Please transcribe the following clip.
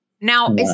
Now